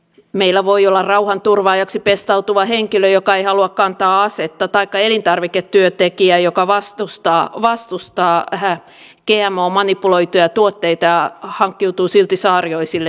meillä voi olla rauhanturvaajaksi pestautuva henkilö joka ei halua kantaa asetta taikka elintarviketyöntekijä joka vastustaa gmo manipuloituja tuotteita ja hankkiutuu silti saarioiselle töihin